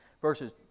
verses